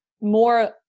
more